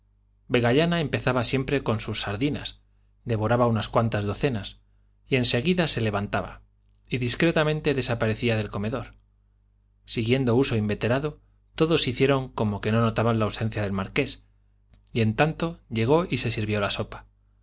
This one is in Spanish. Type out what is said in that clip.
vegallana empezaba siempre con sus sardinas devoraba unas cuantas docenas y en seguida se levantaba y discretamente desaparecía del comedor siguiendo uso inveterado todos hicieron como que no notaban la ausencia del marqués y en tanto llegó y se sirvió la sopa